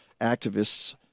activists